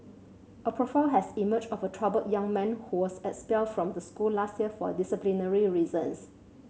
a profile has emerged of a troubled young man who was expelled from the school last year for disciplinary reasons